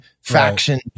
faction